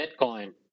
Bitcoin